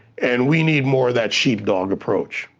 and we need more of that sheepdog approach.